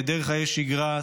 היעדר חיי שגרה,